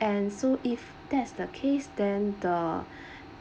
and so if that is the case then the